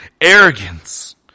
arrogance